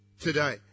today